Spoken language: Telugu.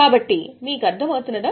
కాబట్టి మీకు అర్థం అవుతుందా